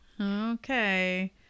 Okay